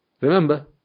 Remember